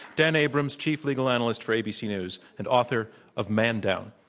dan abrams, chief legal analyst for abc news, and author of man down.